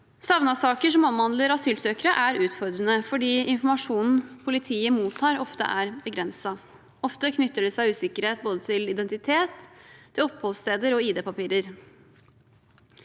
Savnetsaker som omhandler asylsøkere, er utfordrende fordi informasjonen politiet mottar, ofte er begrenset. Ofte knytter det seg usikkerhet til både identitet, oppholdssteder og IDpapirer.